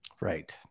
right